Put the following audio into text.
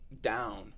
down